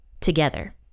together